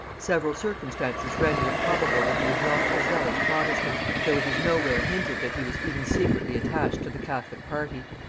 several circumstances render it probable that he was not a zealous protestant, though it is no where hinted that he was even secretly attached to the catholic party.